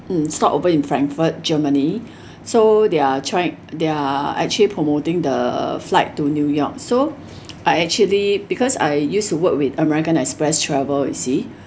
stopped over in frankfurt germany so they're trying they're actually promoting the flight to new york so I actually because I used to work with American Express travel you see